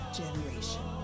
generation